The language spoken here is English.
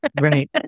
Right